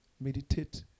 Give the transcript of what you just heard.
Meditate